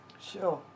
Sure